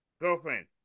girlfriend